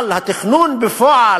אבל התכנון בפועל,